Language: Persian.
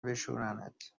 بشورنت